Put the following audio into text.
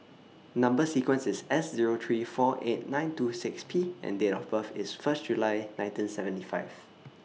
Number sequence IS S Zero three four eight nine two six P and Date of birth IS First July nineteen seventy five